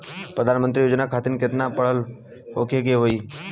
प्रधानमंत्री योजना खातिर केतना पढ़ल होखे के होई?